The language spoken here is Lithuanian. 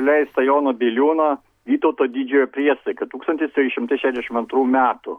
leistą jono biliūno vytauto didžiojo priesaika tūkstantis trys šimtai šešiasdešimt antrų metų